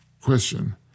question